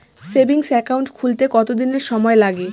Savings account খুলতে কতদিন সময় লাগে?